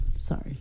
sorry